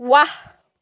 वाह